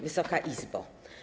Wysoka Izbo!